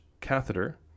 catheter